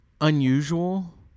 unusual